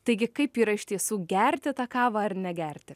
taigi kaip yra iš tiesų gerti tą kavą ar negerti